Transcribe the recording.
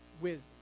wisdom